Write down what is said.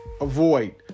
avoid